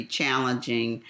challenging